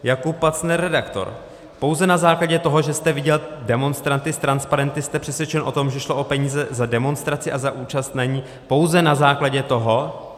Jakub Pacner, redaktor: Pouze na základě toho, že jste viděl demonstranty s transparenty, jste přesvědčen o tom, že šlo o peníze za demonstraci a za účast na ní, pouze na základě toho?